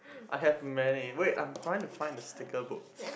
I have many wait I'm trying to find the sticker book